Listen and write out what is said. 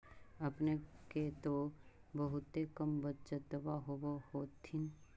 अपने के तो बहुते कम बचतबा होब होथिं?